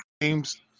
games